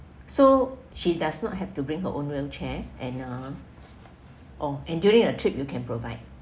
so she does not have to bring your own wheelchair and uh oh and during a trip you can provide